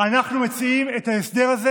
אנחנו מציעים את ההסדר הזה,